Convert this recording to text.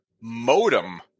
modem